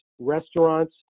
restaurants